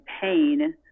pain